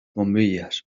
bombillas